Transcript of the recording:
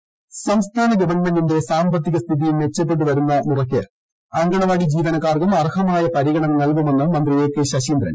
ശശീന്ദ്രൻ സംസ്ഥാന ഗവൺമെന്റിന്റെ സാമ്പത്തിക സ്ഥിതി മെച്ചപ്പെട്ടു വരുന്ന നിലയ്ക്ക് അങ്കണവാടി ജീവനക്കാർക്കും അർഹമായ പരിഗണന നൽകുമെന്ന് മന്ത്രി എ കെ ശശീന്ദ്രൻ